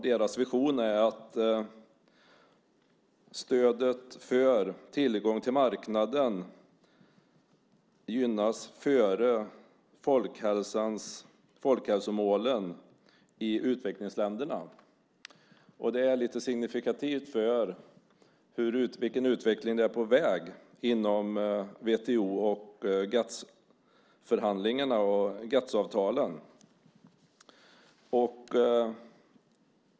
Deras vision är att stödet för tillgång till marknaden gynnas före folkhälsomålen i utvecklingsländerna. Det är lite signifikativt för vilken utveckling som är på väg inom WTO och GATS-förhandlingarna och GATS-avtalen.